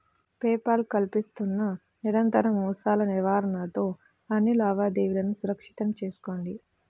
pay Paul కల్పిస్తున్న నిరంతర మోసాల నివారణతో అన్ని లావాదేవీలను సురక్షితం చేసుకోండి